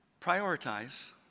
Prioritize